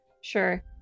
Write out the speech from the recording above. Sure